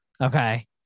okay